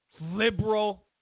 liberal